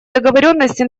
договоренности